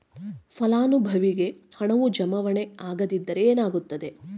ಫಲಾನುಭವಿಗೆ ಹಣವು ಜಮಾವಣೆ ಆಗದಿದ್ದರೆ ಏನಾಗುತ್ತದೆ?